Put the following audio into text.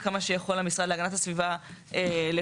כמה שיכול משרד להגנת הסביבה לפקח.